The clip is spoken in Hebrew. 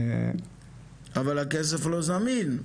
אבל הכסף לא זמין.